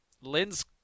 Lynn's